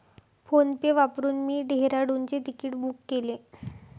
PhonePe वापरून मी डेहराडूनचे तिकीट बुक केले